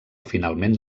finalment